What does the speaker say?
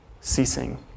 ceasing